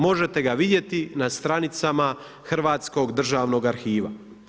Možete ga vidjeti na stranicama Hrvatskog državnog arhiva.